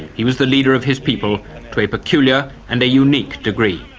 he was the leader of his people to a peculiar and a unique degree.